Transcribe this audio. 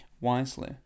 wisely